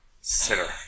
Sitter